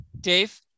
Dave